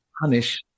punish